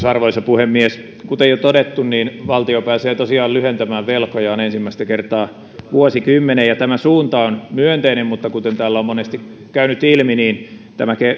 arvoisa puhemies kuten jo todettu valtio pääsee tosiaan lyhentämään velkojaan ensimmäistä kertaa vuosikymmeneen tämä suunta on myönteinen mutta kuten täällä on monesti käynyt ilmi tämä